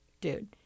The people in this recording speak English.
dude